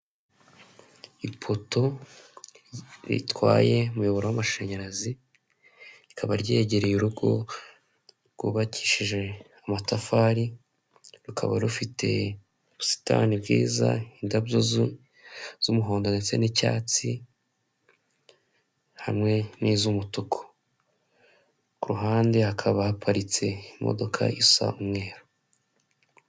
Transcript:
Ipoto ritwaye umuyoboro w'amashanyarazi, rikaba ryegereye urugo rwubakishije amatafari, rukaba rufite ubusitani bwiza, indabyo z'umuhondo ndetse n'icyatsi hamwe niz'umutuku. Ku ruhande hakaba haparitse imodoka isa umweru.